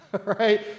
right